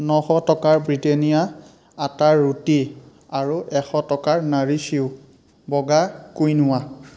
নশ টকাৰ ব্ৰিটেনিয়া আটাৰ ৰুটি আৰু এশ টকাৰ নাৰিছ য়ু বগা কুইনোৱা